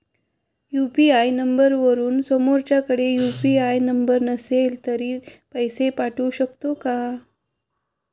UPI नंबरवरून समोरच्याकडे UPI number नसेल तरी पैसे पाठवू शकते का?